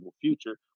future